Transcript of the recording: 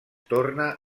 torna